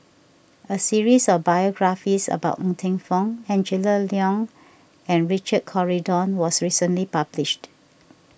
a series of biographies about Ng Eng Teng Angela Liong and Richard Corridon was recently published